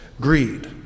greed